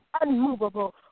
unmovable